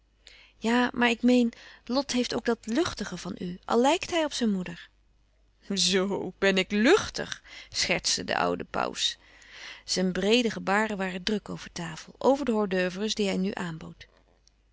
ja maar ik meen lot heeft ook dat lùchtige van u al lijkt hij op zijn moeder zoo ben ik lùchtig schertste de oude pauws zijn breede gebaren waren druk over tafel over de hors doeuvres die hij nu aanbood